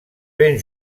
ben